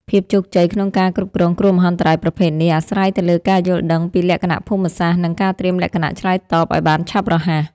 ភាពជោគជ័យក្នុងការគ្រប់គ្រងគ្រោះមហន្តរាយប្រភេទនេះ អាស្រ័យទៅលើការយល់ដឹងពីលក្ខណៈភូមិសាស្ត្រ និងការត្រៀមលក្ខណៈឆ្លើយតបឱ្យបានឆាប់រហ័ស។